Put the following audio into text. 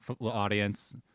audience